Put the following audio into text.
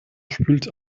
spült